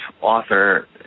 author